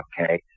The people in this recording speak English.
okay